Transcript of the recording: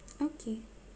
okay